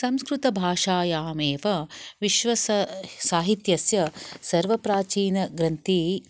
संस्कृतभाषायाम् एव विश्वसाहितस्य सर्वप्राचीनग्रन्थे